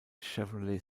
chevrolet